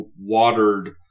watered